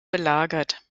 belagert